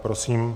Prosím.